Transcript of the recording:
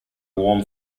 warm